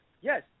yes